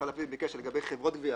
משרד הפנים ביקש שלגבי חברות גבייה,